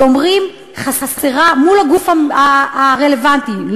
מול הגוף הרלוונטי,